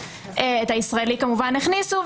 את הישראלי כמובן הכניסו,